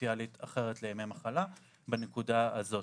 סוציאלית אחרת לימי מחלה בנקודה הזאת.